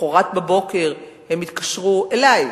למחרת הם התקשרו אלי,